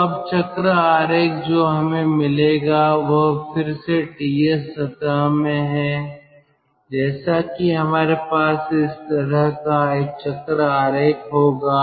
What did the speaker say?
तो अब चक्र आरेख जो हमें मिलेगा वह फिर से TS सतह में है जैसा कि हमारे पास इस तरह का एक चक्र आरेख होगा